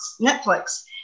Netflix